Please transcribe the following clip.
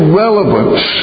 relevance